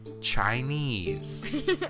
Chinese